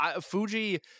Fuji